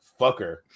fucker